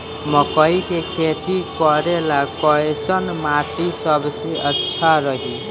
मकई के खेती करेला कैसन माटी सबसे अच्छा रही?